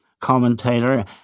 commentator